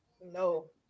No